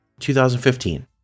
2015